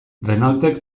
renaultek